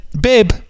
babe